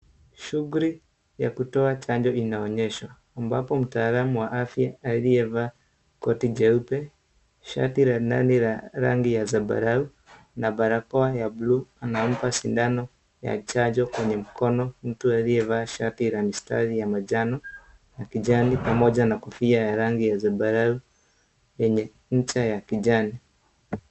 Shughuli ya kutoa chanjo inaonyeshwa ambapo mtaalamu wa afya aliyevaa koti jeupe , shati la rangi ya zambarao na barakoa ya bluu anampa sindano ya chanjo kwenye mkono mtu aliyevaa shati la mistari ya manjano ya kijani pamoja na Kofia ya rangi ya zambarao yenye nja ya kijani.